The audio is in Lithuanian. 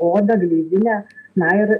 oda gleivinė na ir